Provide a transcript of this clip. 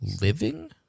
Living